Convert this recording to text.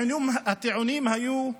הטיעונים היו: